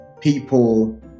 people